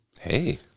Hey